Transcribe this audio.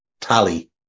tally